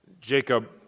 Jacob